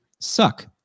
suck